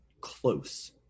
close